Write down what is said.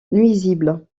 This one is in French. nuisible